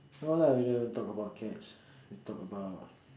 no lah we don't talk about cats we talk about